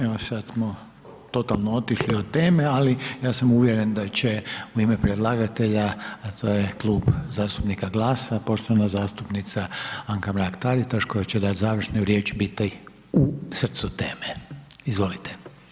Evo sad smo totalno otišli od teme, ali ja sam uvjeren da će u ime predlagatelja, a to je Klub zastupnika GLAS-a, poštovana zastupnica Anka Mrak Taritaš koja će dat završnu riječ, biti u srcu teme, izvolite.